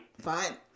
fine